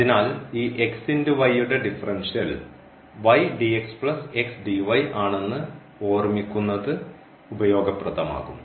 അതിനാൽ ഈ യുടെ ഡിഫറൻഷ്യൽ ആണെന്ന് ഓർമ്മിക്കുന്നത് ഉപയോഗപ്രദമാകും